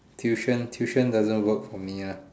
tuition tuition doesn't work for me ah